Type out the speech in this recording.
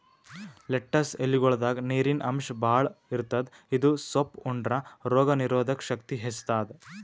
lettuce ಎಲಿಗೊಳ್ದಾಗ್ ನೀರಿನ್ ಅಂಶ್ ಭಾಳ್ ಇರ್ತದ್ ಇದು ಸೊಪ್ಪ್ ಉಂಡ್ರ ರೋಗ್ ನೀರೊದಕ್ ಶಕ್ತಿ ಹೆಚ್ತಾದ್